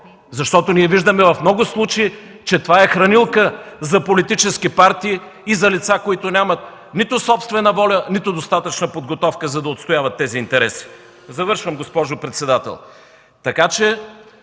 защото ние виждаме в много случаи, че това е хранилка за политически партии и за лица, които нямат нито собствена воля, нито достатъчна подготовка, за да отстояват тези интереси. (Председателят